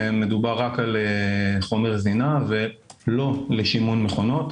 מדובר רק על חומר זינה ולא לשימון מכונות.